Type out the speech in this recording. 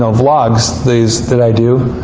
ah vlogs that i do.